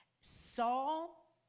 Saul